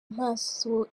maso